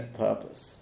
purpose